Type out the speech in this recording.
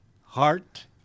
heart